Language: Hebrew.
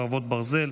חרבות ברזל)